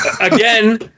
Again